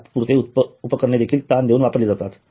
तात्पुरते उपकरणे देखील ताण देऊन वापरली जातात